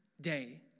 day